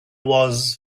was